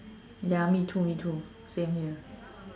ya me too me too same here